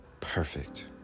Perfect